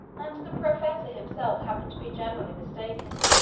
and the professor himself happened to be generally mistaken.